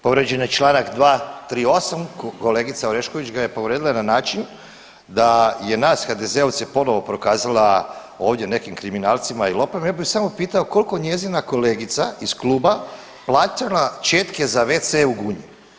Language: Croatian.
Povrijeđen je čl. 238, kolegica Orešković ga je povrijedila na način da je nas HDZ-ovce ponovo prokazala ovdje nekim kriminalcima i lopovima, ja bih je samo pitao koliko njezina kolegica iz kluba plaćala četke za WC u Gunji?